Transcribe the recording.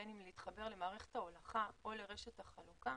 בין אם להתחבר למערכת ההולכה או לרשת החלוקה,